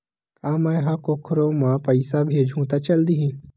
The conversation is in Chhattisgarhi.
का मै ह कोखरो म पईसा भेजहु त चल देही?